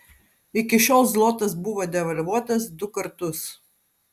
iki šiol zlotas buvo devalvuotas du kartus